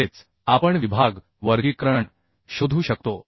तसेच आपण विभाग वर्गीकरण शोधू शकतो